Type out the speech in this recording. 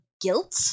guilt